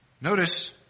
Notice